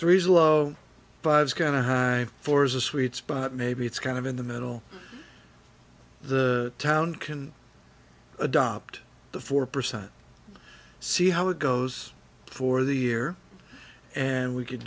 three's a low but it's got a high fours a sweet spot maybe it's kind of in the middle the town can adopt the four percent see how it goes for the year and we could